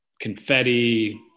confetti